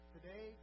Today